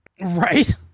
Right